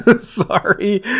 sorry